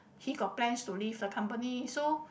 he got plans to leave the company so